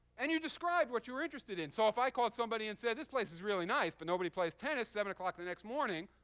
and you described what you were interested in. so if i called somebody and said, this place is really nice, but nobody plays tennis, seven o'clock the next morning,